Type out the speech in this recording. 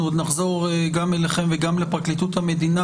אנחנו עוד נחזור אליכם ואל פרקליטות המדינה,